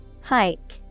Hike